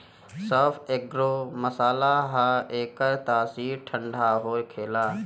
सौंफ एगो मसाला हअ एकर तासीर ठंडा होखेला